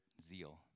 zeal